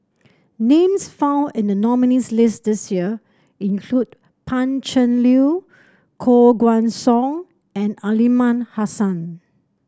names found in the nominees' list this year include Pan Cheng Lui Koh Guan Song and Aliman Hassan